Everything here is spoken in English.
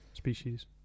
species